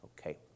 Okay